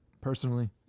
personally